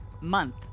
month